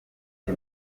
ati